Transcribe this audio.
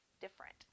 different